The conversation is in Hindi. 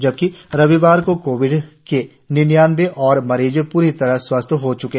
जबकि रविवार को कोविड के निन्यानबे और मरीज पूरी तरह स्वस्थ हो गए